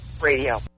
Radio